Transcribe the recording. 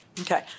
Okay